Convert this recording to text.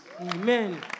Amen